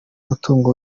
umutungo